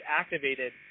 activated